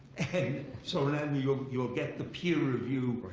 and so and and you'll you'll get the peer review.